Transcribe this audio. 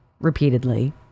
repeatedly